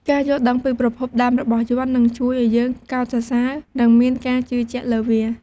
ការយល់ដឹងពីប្រភពដើមរបស់យ័ន្ត នឹងជួយឱ្យយើងកោតសរសើ និងមានការជឿជាក់លើវា។